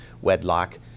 wedlock